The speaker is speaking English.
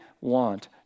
want